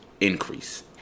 increase